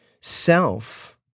self